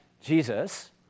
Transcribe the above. Jesus